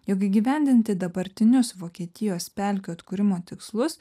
jog įgyvendinti dabartinius vokietijos pelkių atkūrimo tikslus